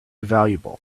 valuable